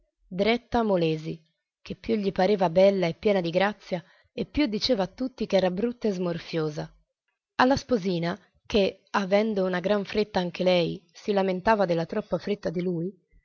dreetta molesi che più gli pareva bella e piena di grazia e più diceva a tutti ch'era brutta e smorfiosa alla sposina che avendo una gran fretta anche lei si lamentava della troppa fretta di lui